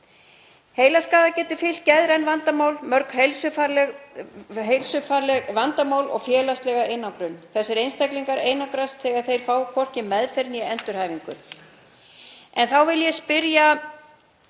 Heilaskaða geta fylgt geðræn vandamál, mörg heilsufarsleg vandamál og félagslega einangrun. Þessir einstaklingar einangrast þegar þeir fá hvorki meðferð né endurhæfingu. Ég vil spyrja